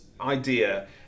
idea